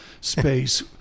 space